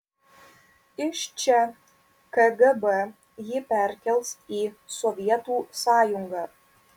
iš čia kgb jį perkels į sovietų sąjungą